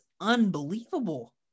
unbelievable